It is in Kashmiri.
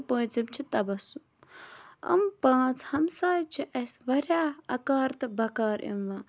پۭنٛژِم چھِ تَبَسُم یِم پانٛژھ ہَمساے چھِ اَسہِ واریاہ اَکار تہٕ بَکار یِوان